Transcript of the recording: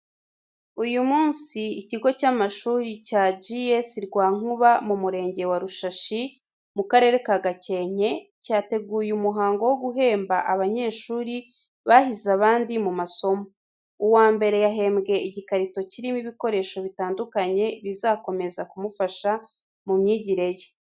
Uyu munsi, ikigo cy’amashuri cya G.S. Rwankuba mu murenge wa Rushashi, mu karere ka Gakenke, cyateguye umuhango wo guhemba abanyeshuri bahize abandi mu masomo. Uwa mbere yahembwe igikarito kirimo ibikoresho bitandukanye bizakomeza kumufasha mu myigire ye.